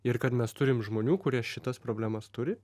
ir kad mes turim žmonių kurie šitas problemas turi